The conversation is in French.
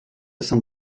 cent